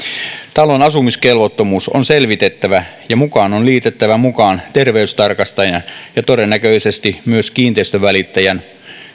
talon asumiskelvottomuus on selvitettävä ja mukaan on liitettävä terveystarkastajan ja ja todennäköisesti myös kiinteistönvälittäjän